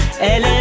Elle